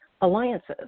alliances